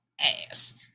ass